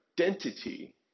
identity